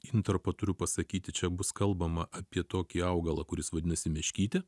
intarpą turiu pasakyti čia bus kalbama apie tokį augalą kuris vadinasi meškytė